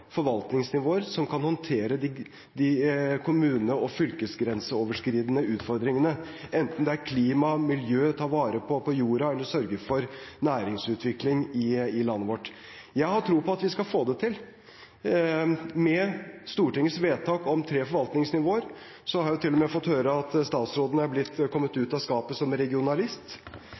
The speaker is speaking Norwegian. forvaltningsnivåer som kan håndtere de kommune- og fylkesgrenseoverskridende utfordringene, enten det gjelder klima, miljø, å ta vare på jorda eller sørge for næringsutvikling i landet vårt. Jeg har tro på at vi skal få det til. Med Stortingets vedtak om tre forvaltningsnivåer har jeg til og med fått høre at statsråden er kommet ut av skapet som regionalist!